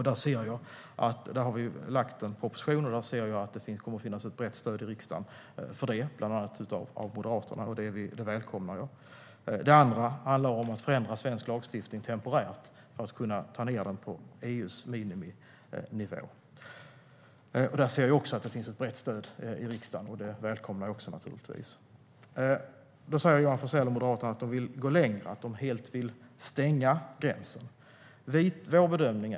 Vi har lagt fram en proposition, och jag ser att det kommer att finnas ett brett stöd i riksdagen för den, bland annat från Moderaterna. Det välkomnar jag. Den andra åtgärden handlar om att förändra svensk lagstiftning temporärt för att kunna ta ned den på EU:s miniminivå. Jag ser att det finns ett brett stöd i riksdagen även för det. Det välkomnar jag naturligtvis också. Johan Forssell och Moderaterna vill gå längre. De vill stänga gränsen helt.